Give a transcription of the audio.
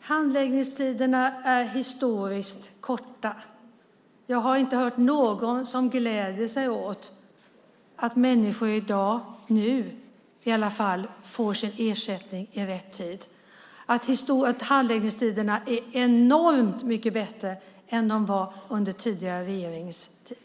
handläggningstiderna är historiskt korta. Jag har inte hört någon som gläder sig åt att människor i dag nu i alla fall får sin ersättning i rätt tid, att handläggningstiderna är enormt mycket bättre än de var under den tidigare regeringens tid.